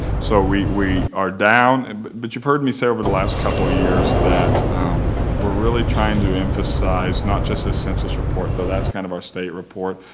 so we we are down, and but you've heard me say over the last couple of years that we're really trying to emphasize not just the census report, though, that's kind of our state report,